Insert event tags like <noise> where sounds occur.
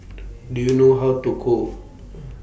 <noise> Do YOU <noise> know How to Cook <noise>